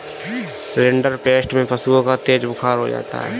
rinderpest में पशुओं को तेज बुखार हो जाता है